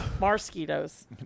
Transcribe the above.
mosquitoes